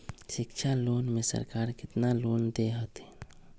शिक्षा लोन में सरकार केतना लोन दे हथिन?